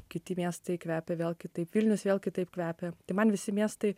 kiti miestai kvepia vėl kitaip vilnius vėl kitaip kvepia tai man visi miestai